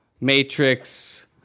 Matrix